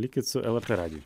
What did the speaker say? likit su lrt radiju